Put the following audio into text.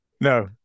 No